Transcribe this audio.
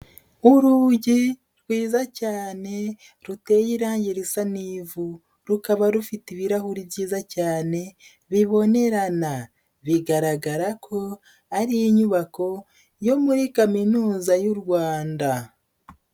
Urugi rwiza cyane ruteye irange risa n'ivu, rukaba rufite ibirahuri byiza cyane bibonerana bigaragara ko ari inyubako yo muri Kaminuza y'u Rwanda.